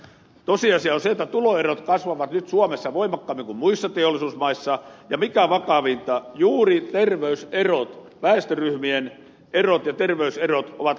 tosiasia on se että tuloerot kasvavat nyt suomessa voimakkaammin kuin muissa teollisuusmaissa ja mikä vakavinta juuri terveyserot väestöryhmien erot ja terveyserot ovat kasvamassa